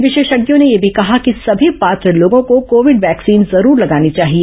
विशेषज्ञों ने यह भी कहा कि सभी पात्र लोगों को कोविड वैक्सीन जरूर लगानी चाहिए